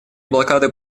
блокады